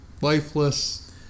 lifeless